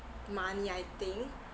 money I think